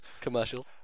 Commercials